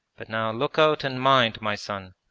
but now look out and mind, my son.